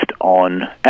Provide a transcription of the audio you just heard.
on